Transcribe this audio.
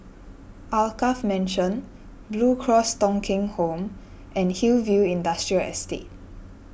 Alkaff Mansion Blue Cross Thong Kheng Home and Hillview Industrial Estate